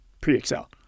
pre-Excel